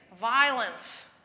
violence